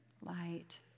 Light